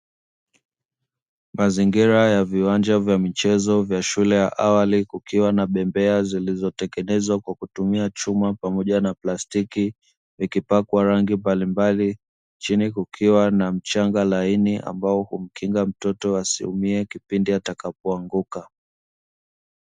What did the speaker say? Mazingira ya viwanja vya michezo vya shule ya awali kukiwa na bembea zilizo tengenezwa kwa kutumia chuma pamoja na plastiki vikipakwa rangi mbalimbali. Chini kukiwa na mchanga laini ambao umkinga mtoto asiumie kipindi atakapoanguka.